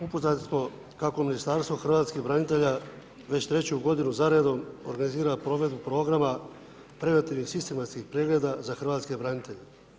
Upoznati smo kako Ministarstvo hrvatskih branitelja već treću godinu za redom organizira provedbu programa preventivnih sistematskih pregleda za hrvatske branitelje.